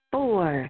Four